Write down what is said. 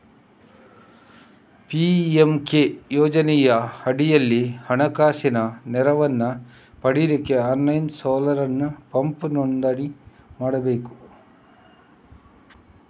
PMK ಯೋಜನೆಯ ಅಡಿಯಲ್ಲಿ ಹಣಕಾಸಿನ ನೆರವನ್ನ ಪಡೀಲಿಕ್ಕೆ ಆನ್ಲೈನ್ ಸೋಲಾರ್ ಪಂಪ್ ನೋಂದಣಿ ಮಾಡ್ಬೇಕು